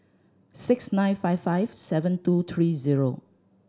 six nine five five seven two three zero